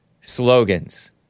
slogans